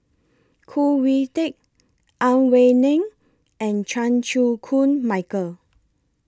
Khoo Oon Teik Ang Wei Neng and Chan Chew Koon Michael